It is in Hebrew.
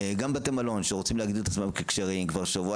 גם בתי מלון שרוצים להגדיר את עצמם ככשרים כבר שבוע